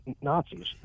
Nazis